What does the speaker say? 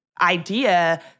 idea